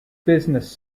business